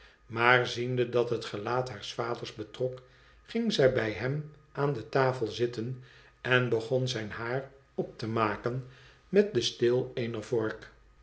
maar ziende dat het gelaat haars vaders betrok ging zij bij hem aan de tafel zitten en begon zijn haar op te maken met den steel